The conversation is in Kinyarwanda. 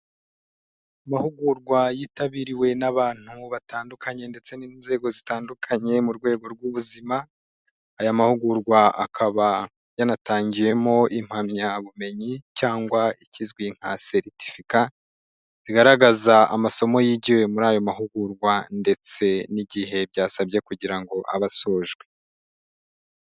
Amahugurwa yitabiriwe n'abantu batandukanye ndetse n'inzego zitandukanye mu rwego rw'ubuzima, aya mahugurwa akaba yanatangiwemo impamyabumenyi cyangwa ikizwi nka seritifika zigaragaza amasomo yigiwe muri ayo mahugurwa ndetse n'igihe byasabye kugira ngo abe asojwe.